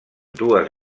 dues